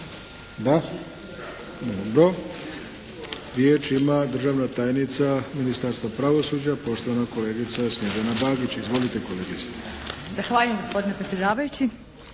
Da. Riječ ima državna tajnica Ministarstva pravosuđa poštovana kolegica Snježana Bagić. Izvolite, kolegice. **Bagić, Snježana** Zahvaljujem gospodine predsjedavajući.